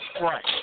Right